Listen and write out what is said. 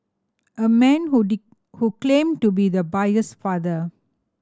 a man who who claimed to be the buyer's father